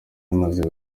imaze